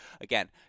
again